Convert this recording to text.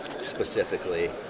specifically